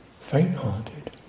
faint-hearted